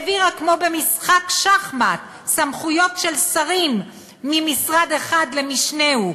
העבירה כמו במשחק שחמט סמכויות של שרים ממשרד אחד למשנהו,